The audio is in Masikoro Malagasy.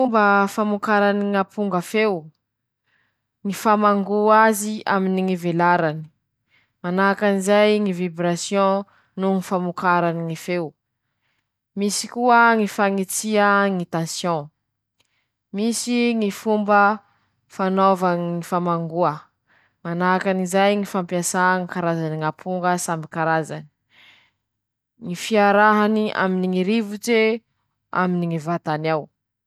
Ñ'antony mahatonga ñ'akanjo ho tantera-drano na tsy ho tantera-drano: Miankina aminy ñy fomba nañamboara ñ'azy, ñy vesatsiny, ñy nofotsiny ;manahaky anizay koa, ñy akora nañamboara azy, mety mavesatsy i ka tsy telin-drano laha maiva ko'ei, mora ñy iteleñany ñy rano azy.